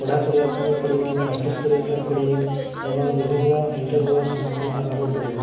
ପଢ଼ା କରିବା ପାଇଁ ପଡ଼ିବ ପ୍ରାକ୍ଟିସ୍ କରିବା ପାଇଁ ପଡ଼ିବ ଏବଂ ବିଭିନ୍ନ ଇଣ୍ଟରଭ୍ୟୁର ସମ୍ମୁଖୀନ ହେବାକୁ ପଡ଼ିବ